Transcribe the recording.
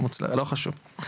לא חשוב,